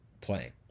playing